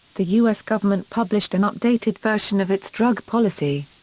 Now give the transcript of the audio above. the u s. government published an updated version of its drug policy.